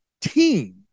team